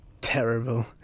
terrible